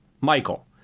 Michael